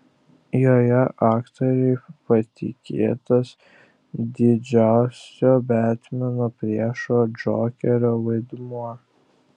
joje aktoriui patikėtas didžiausio betmeno priešo džokerio vaidmuo